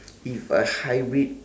if I hybrid